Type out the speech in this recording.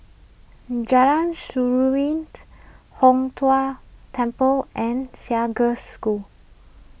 Jalan Seruling Hong Tho Temple and Haig Girls' School